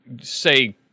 say